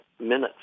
minutes